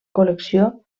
col·lecció